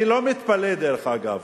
אני לא מתפלא, דרך אגב,